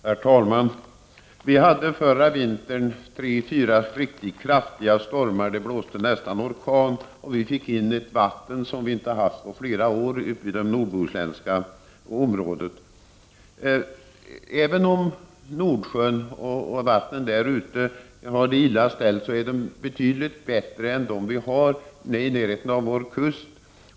Herr talman! Vi hade förra vintern tre fyra riktigt kraftiga stormar. Det blåste nästan orkan, och vi fick in ett vatten som vi inte haft på flera år i det nordbohuslänska området. Även om Nordsjön och vattnen där ute har det illa ställt, är de betydligt bättre än de vatten vi har i närheten av vår kust.